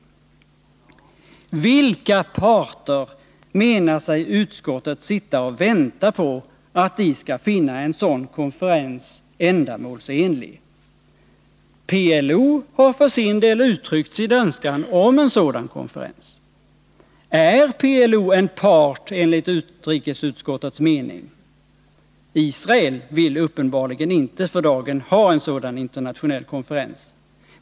Onsdagen den Vilka parter menar sig utskottet sitta och vänta på när det gäller att man 25 november 1981 skall finna en sådan konferens ändamålsenlig? PLO har för sin del uttryckt en önskan om en konferens av det här slaget. — Erkännande av Är PLO en part enligt utrikesutskottets mening? PLO, m.m. Israel vill uppenbarligen inte för dagen ha en sådan internationell konferens.